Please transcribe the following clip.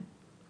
כן.